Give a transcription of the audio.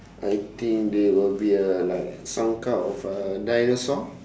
I think they would be uh like some kind of uh dinosaur